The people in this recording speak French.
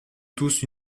tous